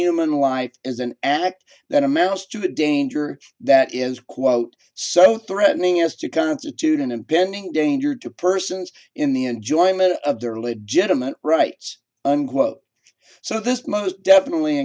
human life is an act that amounts to the danger that is quote so threatening as to constitute an impending danger to persons in the enjoyment of their legitimate rights unquote so this must definitely